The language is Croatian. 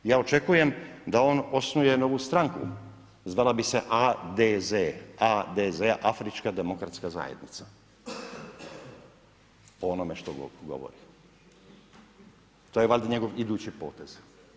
Ja očekujem da on osnuje novu stranku, zvala bi se ADZ, afrička demokratska zajednica, po onome što govori, to je valjda njegov idući potez.